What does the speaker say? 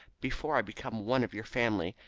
before i become one of your family,